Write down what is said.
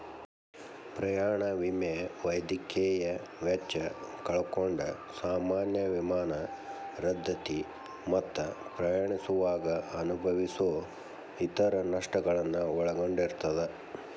ಪ್ರಯಾಣ ವಿಮೆ ವೈದ್ಯಕೇಯ ವೆಚ್ಚ ಕಳ್ಕೊಂಡ್ ಸಾಮಾನ್ಯ ವಿಮಾನ ರದ್ದತಿ ಮತ್ತ ಪ್ರಯಾಣಿಸುವಾಗ ಅನುಭವಿಸೊ ಇತರ ನಷ್ಟಗಳನ್ನ ಒಳಗೊಂಡಿರ್ತದ